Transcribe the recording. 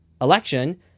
election